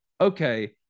okay